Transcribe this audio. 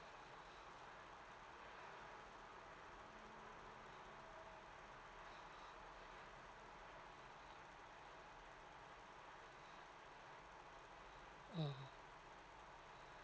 mm